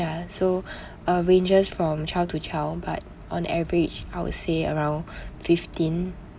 ya so uh ranges from child to child but on average I would say around fifteen